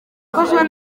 bikozwe